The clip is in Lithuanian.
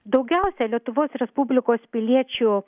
daugiausiai lietuvos respublikos piliečių